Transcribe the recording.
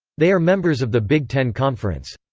they are members of the big ten conference.